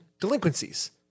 delinquencies